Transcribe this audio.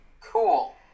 cool